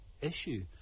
issue